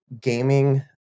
gaming